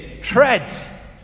treads